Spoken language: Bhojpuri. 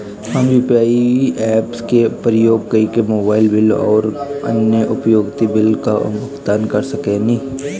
हम यू.पी.आई ऐप्स के उपयोग करके मोबाइल बिल आउर अन्य उपयोगिता बिलों का भुगतान कर सकतानी